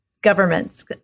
governments